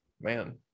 man